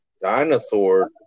dinosaur